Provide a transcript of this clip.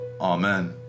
Amen